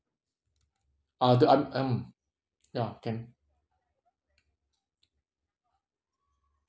uh the the mm mm ya can